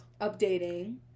updating